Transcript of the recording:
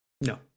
No